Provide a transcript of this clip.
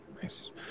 Nice